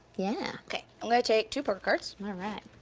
yeah. okay, i'm gonna take two poker cards. alright.